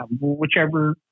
whichever